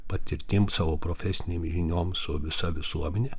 patirtim savo profesinėm žiniom su visa visuomene